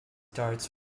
darts